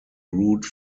route